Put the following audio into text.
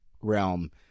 realm